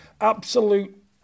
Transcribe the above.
absolute